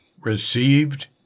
received